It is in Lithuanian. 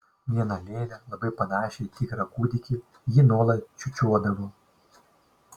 vieną lėlę labai panašią į tikrą kūdikį ji nuolat čiūčiuodavo